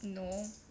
no